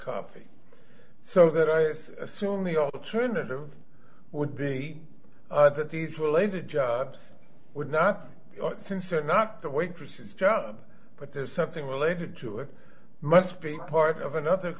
coffee so that i assume the alternative would be that these related jobs would not since they're not the waitresses job but there's something related to it must be part of another